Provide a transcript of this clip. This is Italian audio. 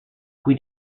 cui